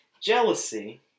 jealousy